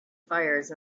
fires